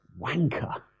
wanker